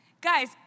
Guys